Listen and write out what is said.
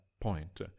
point